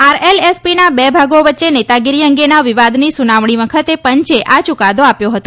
આરએલએસપીના બે ભાગો વચ્ચે નેતાગીરી અંગેના વિવાદની સુનાવણી વખતે પંચે આ ચુકાદો આપ્યો હતો